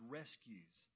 rescues